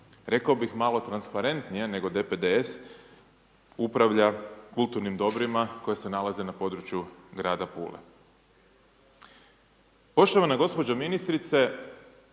rekao bih malo transparentnije nego DPDS upravlja kulturnim dobrima koja se nalaze na području grada Pule. Poštovana gospođo ministrice,